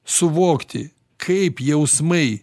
suvokti kaip jausmai